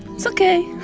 it's ok.